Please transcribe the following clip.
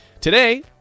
Today